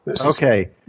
Okay